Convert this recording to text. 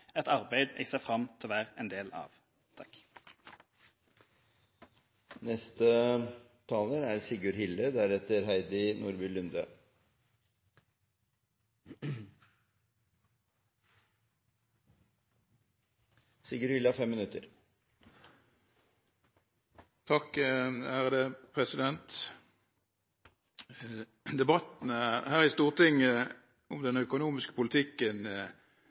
et mer rettferdig skattesystem – et arbeid jeg ser fram til å være en del av. Debattene her i Stortinget om den økonomiske politikken